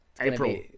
April